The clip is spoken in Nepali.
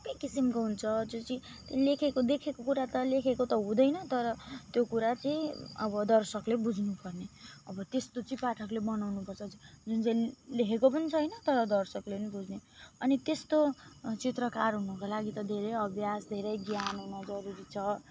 अर्कै किसिमको हुन्छ जो चाहिँ त्यो लेखेको देखेको कुरा त लेखेको त हुँदैन तर त्यो कुरा चाहिँ अब दर्शकले बुझ्नुपर्ने अब त्यस्तो चाहिँ पाठकले बनाउनुपर्छ जुन चाहिँ लेखेको पनि छैन तर दर्शकले पनि बुझ्ने अनि त्यस्तो चित्रकार हुनको लागि त धेरै अभ्यास धेरै ज्ञान हुन जरुरी छ